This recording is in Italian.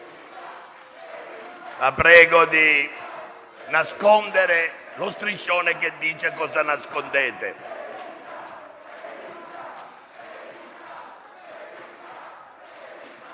Prego di nascondere lo striscione, che dice cosa nascondete.